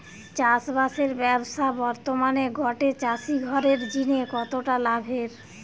চাষবাসের ব্যাবসা বর্তমানে গটে চাষি ঘরের জিনে কতটা লাভের?